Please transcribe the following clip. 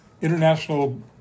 international